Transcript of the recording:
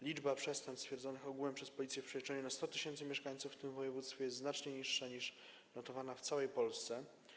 Liczba przestępstw stwierdzonych ogółem przez Policję w przeliczeniu na 100 tys. mieszkańców w tym województwie jest znacznie niższa niż liczba notowana w całej Polsce.